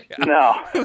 No